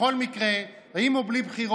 בכל מקרה, עם או בלי בחירות,